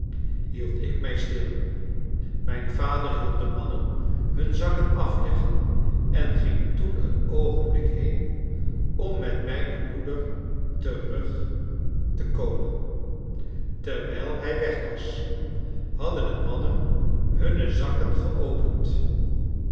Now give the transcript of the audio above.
hield ik mij stil mijn vader hielp de mannen hun zakken afleggen en ging toen een oogenblik heen om met mijne moeder terug te komen terwijl hij weg was hadden de mannen hunne zakken geopend